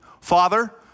Father